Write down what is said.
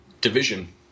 division